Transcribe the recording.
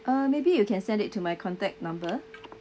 uh maybe you can send it to my contact number